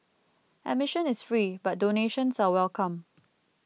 admission is free but donations are welcome